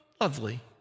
lovely